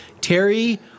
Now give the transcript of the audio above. Terry